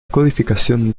codificación